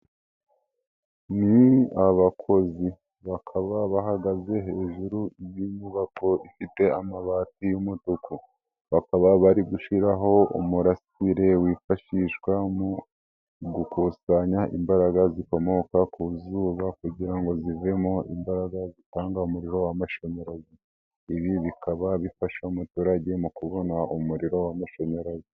Ni abakozi bakaba bahagaze hejuru y'inyubako ifite amabati y'umutuku bakaba bari gushyiraho umurasire wifashishwa mu gukusanya imbaraga zikomoka ku zuba kugira ngo zivemo imbaraga zitanga umuriro w'amashanyarazi. Ibi bikaba bifasha umuturage mu kubona umuriro w'amashanyarazi.